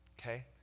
Okay